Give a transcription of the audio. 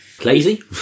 Lazy